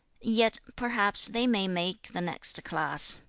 yet perhaps they may make the next class